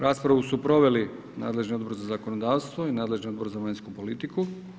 Raspravu su proveli nadležni Odbor za zakonodavstvo i nadležni Odbor za vanjsku politiku.